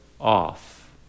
off